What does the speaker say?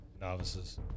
Novices